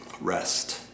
rest